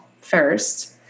first